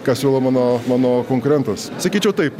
kas siūlo mano mano konkurentas sakyčiau taip